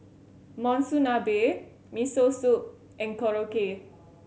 Monsunabe Miso Soup and Korokke